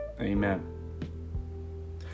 amen